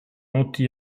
anti